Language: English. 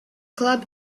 club